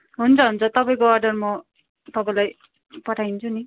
हुन्छ हुन्छ तपाईँको अर्डर म तपाईँलाई पठाइदिन्छु नि